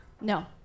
No